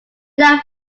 that